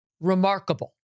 remarkable